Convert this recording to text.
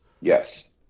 Yes